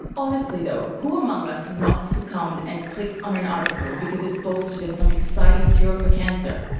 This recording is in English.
honestly though, who among us has not succumbed and clicked on an article because it boasted of some exciting cure for cancer,